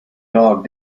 dog